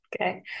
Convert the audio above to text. Okay